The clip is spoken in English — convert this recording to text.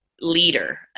leader